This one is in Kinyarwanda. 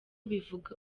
bivugwa